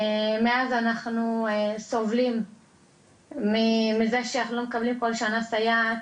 מאז אנחנו סובלים מזה שאנחנו לא מקבלים כל שנה סייעת.